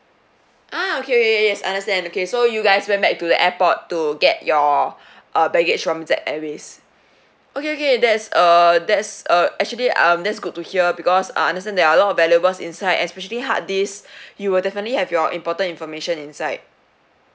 ah okay okay yes understand okay so you guys went back to the airport to get your uh baggage from Z airways okay okay that's err that's err actually um that's good to hear because I understand there are a lot of valuables inside especially hard disk you will definitely have your important information inside